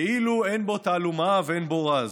כאילו אין בו תעלומה ואין בו רז.